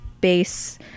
base